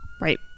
Right